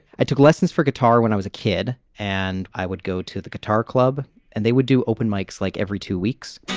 i took lessons for guitar when i was a kid and i would go to the guitar club and they would do open mikes like every two weeks.